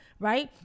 Right